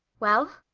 well?